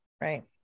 Right